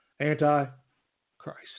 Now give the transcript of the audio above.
Anti-Christ